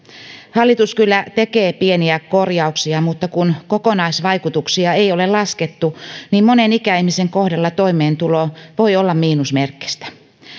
hallitus kyllä tekee pieniä korjauksia mutta kun kokonaisvaikutuksia ei ole laskettu niin monen ikäihmisen kohdalla toimeentulo voi olla miinusmerkkistä